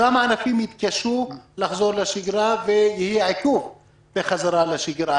אותם ענפים יתקשו לחזור לשגרה ויהיה עיכוב בחזרתם לשגרה.